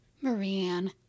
Marie-Anne